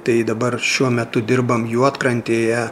tai dabar šiuo metu dirbam juodkrantėje